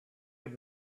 good